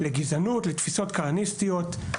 לגזענות ולתפיסות כהניסטיות.